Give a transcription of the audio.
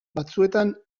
batzuetan